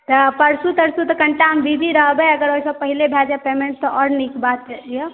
तऽ परसू तरसू तऽ हम कनीटा बिजी रहबै अगर ओहिसॅं पाहिले भय जाइ पेमेन्ट तऽ आओर नीक बात यऽ